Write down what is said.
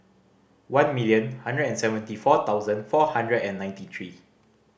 one million hundred and seventy four thousand four hundred and ninety three